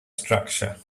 structure